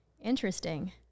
Interesting